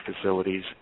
facilities